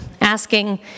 asking